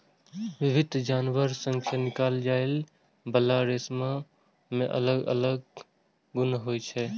विभिन्न जानवर सं निकालल जाइ बला रेशा मे अलग अलग गुण होइ छै